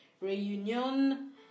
Reunion